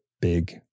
big